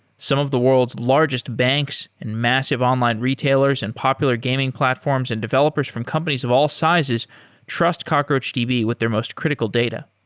some of the world's largest banks and massive online retailers and popular gaming platforms and developers from companies of all sizes trust cockroachdb with their most critical data.